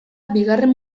bigarren